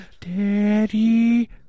Daddy